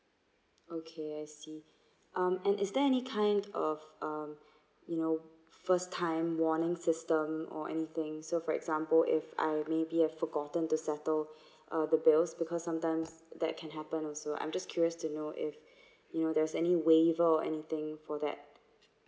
okay I see um and is there any kind of um you know first time warning system or anything so for example if I maybe I've forgotten to settle uh the bills because sometimes that can happen also I'm just curious to know if you know there's any waiver or anything for that